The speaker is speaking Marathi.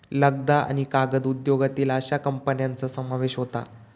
लगदा आणि कागद उद्योगातील अश्या कंपन्यांचा समावेश होता